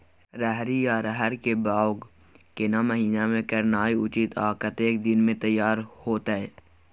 रहरि या रहर के बौग केना महीना में करनाई उचित आ कतेक दिन में तैयार होतय?